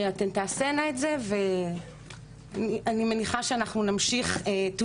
שאתן תעשינה את זה ואני מניחה שאנחנו נמשיך to